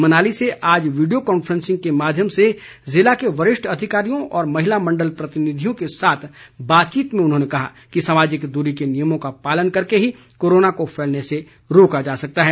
मनाली से आज video conferencing के माध्यम से जिले के वरिष्ठ अधिकारियों और महिला मंडल प्रतिनिधियों के साथ बातचीत में उन्होंने कहा कि सामाजिक दूरी के नियमों का पालन करके ही कोरोना को फैलने से रोका जा सकता है